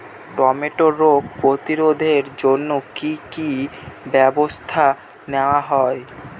টমেটোর রোগ প্রতিরোধে জন্য কি কী ব্যবস্থা নেওয়া হয়?